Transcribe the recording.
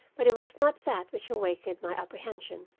but it was not that which awakened my apprehension.